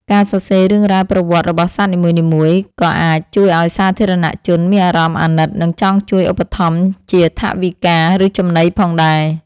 ការសរសេររឿងរ៉ាវប្រវត្តិរបស់សត្វនីមួយៗ ក៏អាចជួយឱ្យសាធារណជនមានអារម្មណ៍អាណិត និងចង់ជួយឧបត្ថម្ភជាថវិកា ឬចំណីផងដែរ។